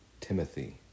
Timothy